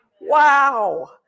Wow